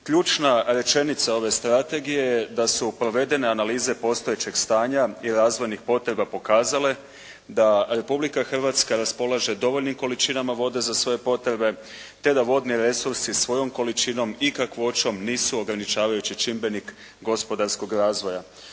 Ključna rečenica ove strategije je da su provedene analize postojećeg stanja i razvojnih potreba pokazale da Republika Hrvatska raspolaže dovoljnim količinama vode za svoje potrebe, te da vodni resursi svojom količinom i kakvoćom nisu ograničavajući čimbenik gospodarskog razvoja.